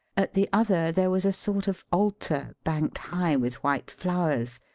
at the other there was a sort of altar banked high with white flowers,